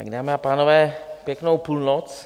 Dámy a pánové, pěknou půlnoc.